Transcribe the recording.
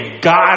God